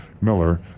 Miller